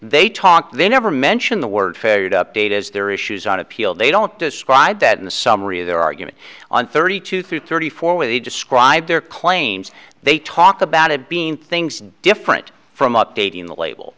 they talk they never mention the word fair you'd update as their issues on appeal they don't describe that in the summary of their argument on thirty two through thirty four where they describe their claims they talk about it being things different from updating the label